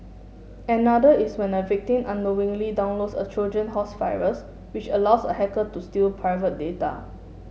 another is when a victim unknowingly downloads a Trojan horse virus which allows a hacker to steal private data